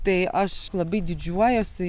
tai aš labai didžiuojuosi